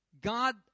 God